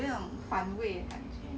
有点反胃的感觉